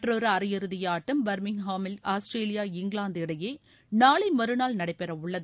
மற்றொரு அரையிறதி ஆட்டம் பர்மிங்ஹாமில் ஆஸ்திரேலியா இங்கிவாந்து இடையே நாளை மறுநாள் நடைபெற உள்ளது